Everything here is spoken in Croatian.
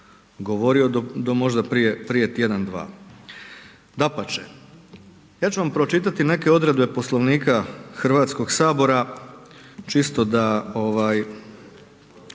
govorio do možda prije, prije tjedan, dva. Dapače, ja ću vam pročitati neke odredbe Poslovnika Hrvatskoga sabora čisto da